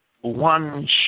one